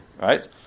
right